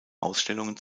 ausstellungen